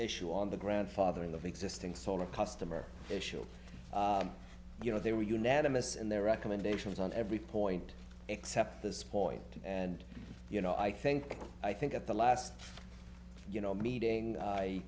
issue on the grandfathering the existing solar customer issue you know they were unanimous in their recommendations on every point except this point and you know i think i think at the last you know meeting i